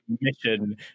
mission